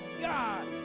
God